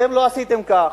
אתם לא עשיתם כך.